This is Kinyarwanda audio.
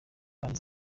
bagize